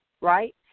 right